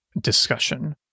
discussion